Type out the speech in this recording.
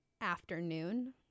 afternoon